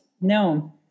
No